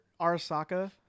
Arasaka